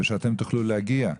ושאתם לא תוכלו להגיע.